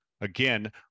again